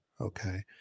Okay